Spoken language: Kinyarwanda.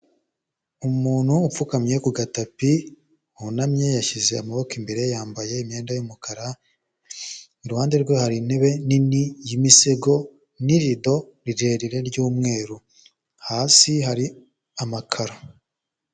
Umuntu upfukamye ku gatapi, wunamye yashyize amaboko imbere yambaye imyenda y'umukara, iruhande rwe hari intebe nini y'imisego n'irido rirerire ry'umweru, hasi hari amakaro.